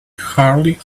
hardly